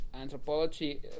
anthropology